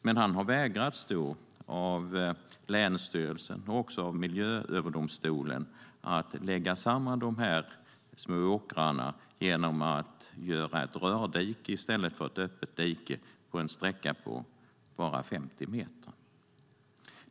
Men han har vägrats - av länsstyrelsen och även av Miljööverdomstolen - att lägga samman de små åkrarna genom att göra ett rördike i stället för ett öppet dike på en sträcka på endast 50 meter.